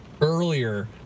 earlier